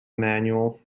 emmanuel